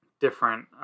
different